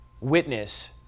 witness